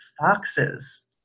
foxes